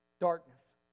Darkness